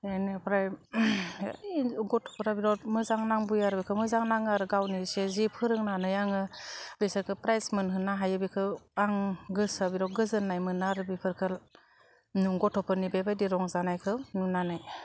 बेनिफ्राय बे गथ'फोरा बिराथ मोजां नांबोयो आरो बेखौ मोजां नाङो आरो गावनि इसे जि फोरोंनानाै आङो बिसोरखौ प्राइज मोनहोनो हायो बेखौ आं गोसोआव बिराथ गोजोन्नाय मोनो आरो बिफोरखौ नों गथ'फोरनि बेबायदि रंजानायखौ नुनानै